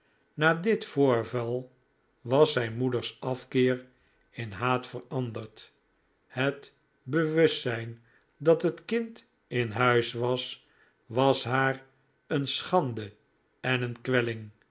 na dit voorval was zijn moeders afkeer in haat veranderd het bewustzijn dat het kind in huis was was haar een schande en een